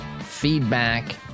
feedback